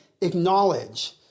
acknowledge